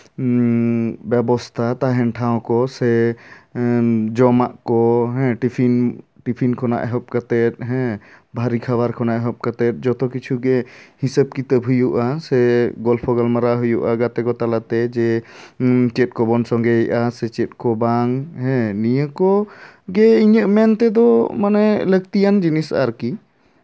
ᱦᱮᱸ ᱵᱮᱵᱚᱥᱛᱷᱟ ᱛᱟᱸᱦᱮᱱ ᱴᱷᱟᱶ ᱠᱚ ᱥᱮ ᱡᱚᱢᱟᱜ ᱠᱚ ᱦᱮᱸ ᱴᱤᱯᱷᱤᱱ ᱴᱤᱯᱷᱤᱱ ᱠᱷᱚᱱᱟᱜ ᱮᱦᱚᱵ ᱠᱟᱛᱮᱫ ᱦᱮᱸ ᱵᱷᱟᱨᱤ ᱠᱷᱟᱵᱟᱨ ᱠᱷᱚᱱᱟᱜ ᱮᱦᱚᱵ ᱠᱟᱛᱮᱫ ᱡᱚᱛᱚ ᱠᱤᱪᱷᱩ ᱜᱮ ᱦᱤᱥᱟᱹᱵ ᱠᱤᱛᱟᱹᱵ ᱦᱩᱭᱩᱜᱼᱟ ᱥᱮ ᱜᱚᱞᱯᱷᱚ ᱜᱟᱞᱢᱟᱨᱟᱣ ᱦᱩᱭᱩᱜᱼᱟ ᱜᱟᱛᱮ ᱠᱚ ᱛᱟᱞᱟᱛᱮ ᱡᱮ ᱪᱮᱫ ᱠᱚᱵᱚᱱ ᱥᱚᱝᱜᱮᱭᱮᱜᱼᱟ ᱪᱮᱫ ᱠᱚ ᱵᱟᱝ ᱦᱮᱸ ᱱᱤᱭᱟᱹ ᱠᱚ ᱜᱮ ᱤᱧᱟᱹᱜ ᱢᱮᱱ ᱛᱮᱫᱚ ᱢᱟᱱᱮ ᱞᱟᱹᱠᱛᱤᱭᱟᱱ ᱡᱤᱱᱤᱥ ᱟᱨᱠᱤ